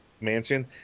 Mansion